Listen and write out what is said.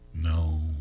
No